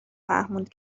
فهموند